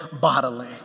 bodily